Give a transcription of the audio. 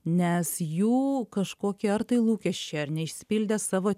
nes jų kažkokie ar tai lūkesčiai ar neišsipildę savo